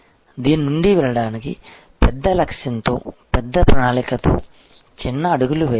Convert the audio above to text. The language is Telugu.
దీని నుండి వెళ్ళడానికి పెద్ద లక్ష్యంతో పెద్ద ప్రణాళికతో చిన్న అడుగులు వేయాలి